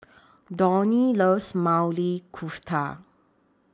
Donnie loves Maili Kofta